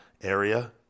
area